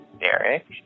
Derek